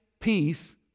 peace